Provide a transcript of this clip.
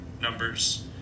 numbers